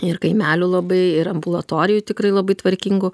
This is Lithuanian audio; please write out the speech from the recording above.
ir kaimelių labai ir ambulatorijų tikrai labai tvarkingų